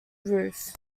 roof